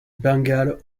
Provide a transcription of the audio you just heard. bengale